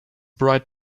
bright